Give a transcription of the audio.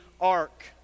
ark